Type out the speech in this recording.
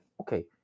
okay